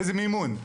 איזה מימון?